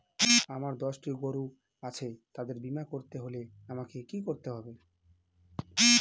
আমার দশটি গরু আছে তাদের বীমা করতে হলে আমাকে কি করতে হবে?